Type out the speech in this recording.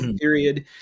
period